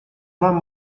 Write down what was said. вам